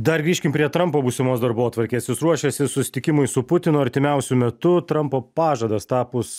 dar grįžkim prie trampo būsimos darbotvarkės jis ruošiasi susitikimui su putinu artimiausiu metu trampo pažadas tapus